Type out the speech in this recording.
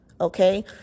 Okay